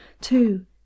two